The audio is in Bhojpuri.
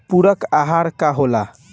पुरक अहार का होला?